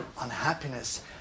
unhappiness